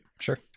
Sure